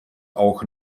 auch